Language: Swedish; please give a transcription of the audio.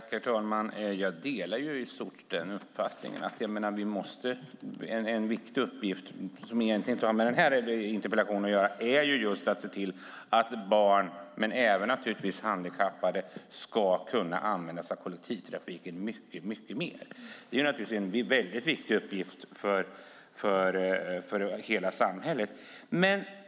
Herr talman! Jag delar i stort den uppfattningen. En viktig uppgift som egentligen inte har med den här interpellationen att göra är att se till att barn och handikappade kan använda kollektivtrafiken mycket mer. Det är en viktig uppgift för hela samhället.